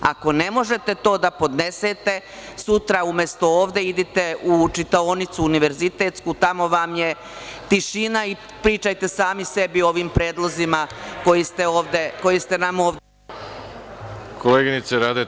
Ako ne možete to da podnesete, sutra, umesto ovde, idite u čitaonicu univerzitetsku, tamo vam je tišina i pričajte sami sebi o ovim predlozima koje ste nam ovde predložili.